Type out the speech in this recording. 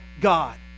God